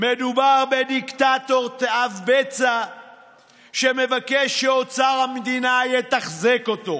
מדובר בדיקטטור תאב בצע שמבקש שאוצר המדינה יתחזק אותו.